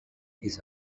his